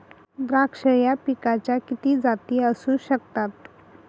द्राक्ष या पिकाच्या किती जाती असू शकतात?